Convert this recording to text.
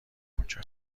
اونجا